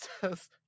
says